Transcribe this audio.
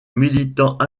militant